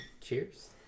Cheers